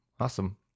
Awesome